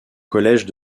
collèges